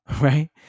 right